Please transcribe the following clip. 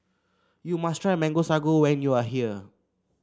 you must try Mango Sago when you are here